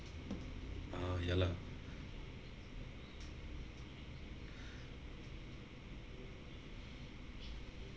ah ya lah